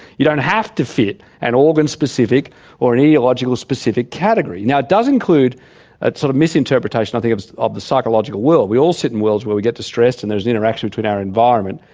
you don't have to fit an organ specific or an ideological specific category. now, it does include a sort of misinterpretation i think of the psychological world. we all sit in worlds where we get distressed and there's interaction between our environment,